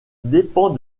dépend